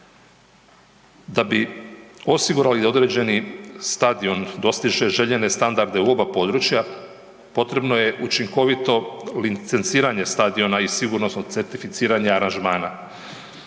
Da bi osigurali određeni stadion, dostiže željene standarde u oba područja, potrebno je učinkovito licenciranje stadiona i sigurnosno certificiranje aranžmana.